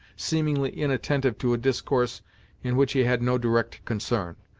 seemingly inattentive to a discourse in which he had no direct concern.